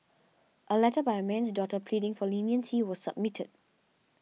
a letter by a man's daughter pleading for leniency was submitted